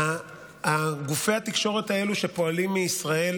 גופי התקשורת האלה שפועלים מישראל